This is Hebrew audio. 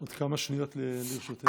עוד כמה שניות לרשותך.